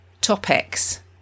topics